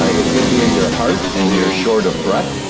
ah it could be in your heart, and you're short of breath,